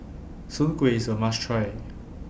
Soon Kway IS A must Try